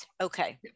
Okay